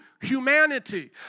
humanity